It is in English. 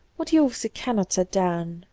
what the author cannot set down,